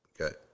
okay